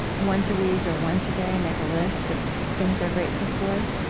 once a week or once a day make a list of things they're grateful for,